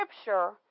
Scripture